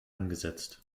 angesetzt